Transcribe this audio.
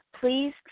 Please